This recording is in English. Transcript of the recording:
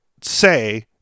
say